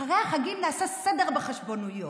אחרי החגים נעשה בסדר בחשבוניות,